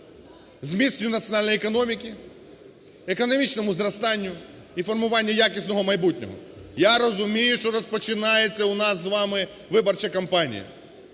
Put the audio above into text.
зміцненню національної економіки, економічному зростанню і формуванню якісного майбутнього. Я розумію, що розпочинається у нас з вами виборча кампанія,